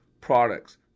products